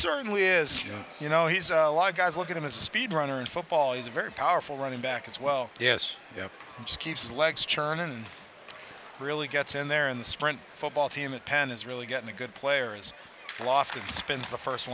certainly is you know he's a lot of guys look at him as a speed runner and football is a very powerful running back as well yes keeps his legs churn and really gets in there and the sprint football team at penn is really getting the good players aloft and spins the first